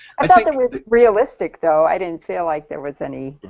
i thought it was realistic though, i didn't feel like there was any